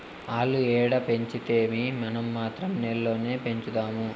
ఆల్లు ఏడ పెంచితేమీ, మనం మాత్రం నేల్లోనే పెంచుదాము